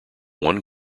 one